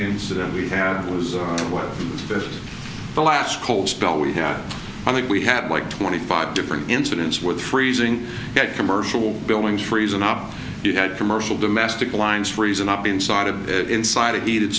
incident we had was where the last cold spell we had i think we had like twenty five different incidents with freezing that commercial buildings freezing up you had commercial domestic lines freezing up inside of it inside a heated